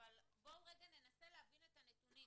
אבל בואו רגע ננסה להבין את הנתונים,